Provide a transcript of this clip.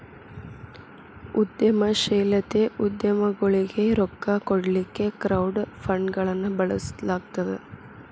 ಉದ್ಯಮಶೇಲತೆ ಉದ್ಯಮಗೊಳಿಗೆ ರೊಕ್ಕಾ ಕೊಡ್ಲಿಕ್ಕೆ ಕ್ರೌಡ್ ಫಂಡ್ಗಳನ್ನ ಬಳಸ್ಲಾಗ್ತದ